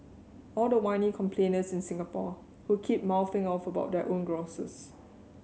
all the whiny complainers in Singapore who keep mouthing off about their own grouses